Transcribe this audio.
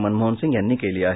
मनमोहन सिंग यांनी केली आहे